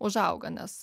užauga nes